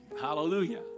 Hallelujah